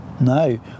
No